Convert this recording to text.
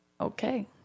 okay